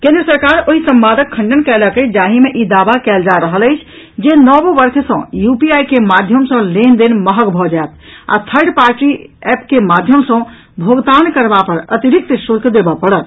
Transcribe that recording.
केंद्र सरकार ओहि संवादक खंडन कयलक अछि जाहि मे ई दावा कयल जा रहल अछि जे नव वर्ष सँ यूपीआई के माध्यम सँ लेनदेन महग भऽ जायत आ थर्ड पार्टी एप के माध्यम सँ भोगतान करबा पर अतिरिक्त शुल्क देबऽ पड़त